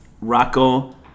Rocco